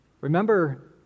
Remember